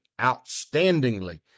outstandingly